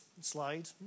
slide